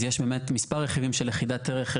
אז יש באמת מספר רכיבים של יחידת ערך.